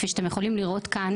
כפי שאתם יכולים לראות כאן,